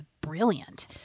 brilliant